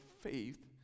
faith